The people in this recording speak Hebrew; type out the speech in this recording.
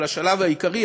אבל השלב העיקרי,